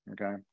okay